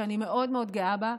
שאני מאוד מאוד גאה בה,